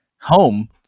home